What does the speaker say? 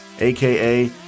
aka